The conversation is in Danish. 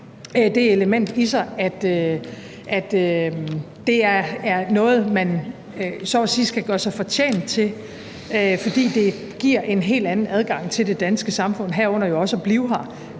det element i sig, at det er noget, man så at sige skal gøre sig fortjent til, fordi det giver en helt anden adgang til det danske samfund, herunder jo også at blive her,